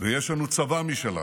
ויש לנו צבא משלנו.